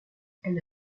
elle